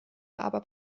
aber